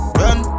run